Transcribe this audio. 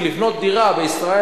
כי לבנות דירה בישראל,